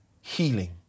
Healing